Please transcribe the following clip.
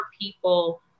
people